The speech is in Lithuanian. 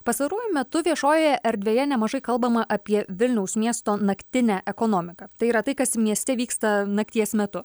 pastaruoju metu viešojoje erdvėje nemažai kalbama apie vilniaus miesto naktinę ekonomiką tai yra tai kas mieste vyksta nakties metu